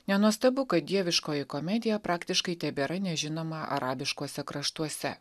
nenuostabu kad dieviškoji komedija praktiškai tebėra nežinoma arabiškuose kraštuose